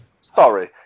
sorry